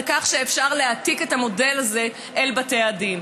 על כך שאפשר להעתיק את המודל הזה אל בתי הדין.